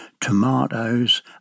tomatoes